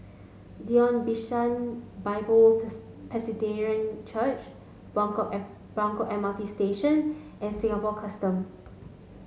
Zion Bishan Bible Presbyterian Church Buangkok app Buangkok M R T Station and Singapore Custom